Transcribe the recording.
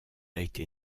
été